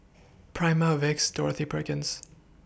Prima Vicks Dorothy Perkins